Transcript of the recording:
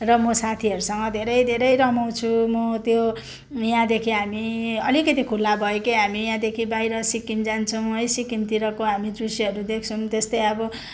र म साथीहरूसँग धेरै धेरै रमाउँछु म त्यो यहाँदेखि हामी अलिकति खुल्ला भयो कि हामी यहाँदेखि बाहिर सिक्किम जान्छौँ है सिक्किमतिरको हामी दृश्यहरू देख्छौँ त्यस्तै अब